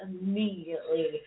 immediately